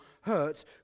hurt